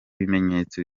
bimenyetso